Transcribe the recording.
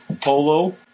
Polo